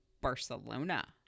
Barcelona